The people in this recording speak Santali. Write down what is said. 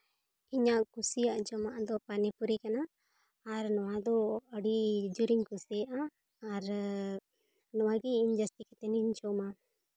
ᱤᱧᱟᱹᱜ ᱠᱩᱥᱤᱭᱟᱜ ᱡᱚᱢᱟᱜ ᱫᱚ ᱯᱟᱹᱱᱤ ᱯᱩᱨᱤ ᱠᱟᱱᱟ ᱟᱨ ᱱᱚᱣᱟ ᱫᱚ ᱟᱹᱰᱤ ᱡᱳᱨᱤᱧ ᱠᱩᱥᱤᱭᱟᱜᱼᱟ ᱟᱨ ᱱᱚᱣᱟᱜᱮ ᱡᱟᱹᱥᱛᱤ ᱠᱟᱛᱮ ᱤᱧ ᱡᱚᱢᱟ